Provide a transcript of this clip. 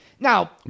Now